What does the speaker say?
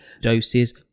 doses